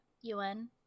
UN